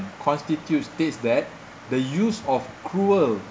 constitute states that the use of cruel